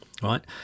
right